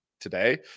today